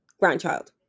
grandchild